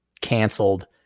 canceled